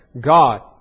God